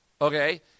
Okay